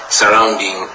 surrounding